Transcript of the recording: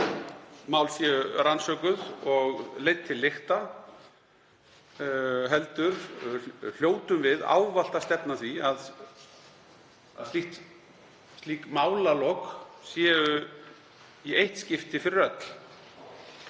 mál séu rannsökuð og leidd til lykta, heldur hljótum við ávallt að stefna að því að slík málalok séu í eitt skipti fyrir öll.